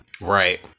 right